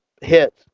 hits